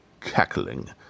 cackling